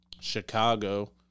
Chicago